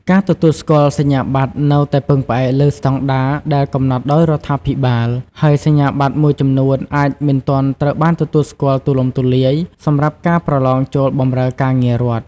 ការទទួលស្គាល់សញ្ញាបត្រនៅតែពឹងផ្អែកលើស្តង់ដារដែលកំណត់ដោយរដ្ឋាភិបាល ហើយសញ្ញាបត្រមួយចំនួនអាចមិនទាន់ត្រូវបានទទួលស្គាល់ទូលំទូលាយសម្រាប់ការប្រឡងចូលបម្រើការងាររដ្ឋ។